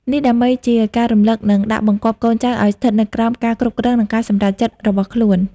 នេះដើម្បីជាការរំលឹក និងដាក់បង្គាប់កូនចៅឱ្យស្ថិតនៅក្រោមការគ្រប់គ្រង និងការសម្រេចរបស់ខ្លួន។